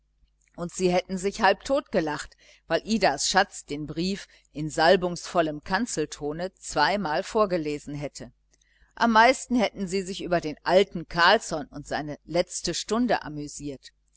und sie hätten sich halbtot gelacht weil idas schatz den brief in salbungsvollem kanzeltone zweimal vorgelesen hätte am meisten hätten sie sich über den alten carlsson und seine letzte stunde amüsiert